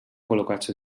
col·locats